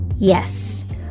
Yes